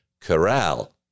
corral